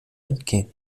entgehen